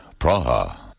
Praha